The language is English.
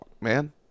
man